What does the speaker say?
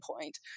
point